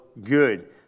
good